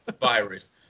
virus